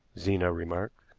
zena remarked.